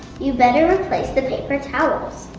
you better replace the paper towels.